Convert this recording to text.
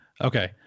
Okay